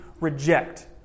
reject